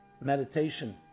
meditation